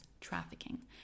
trafficking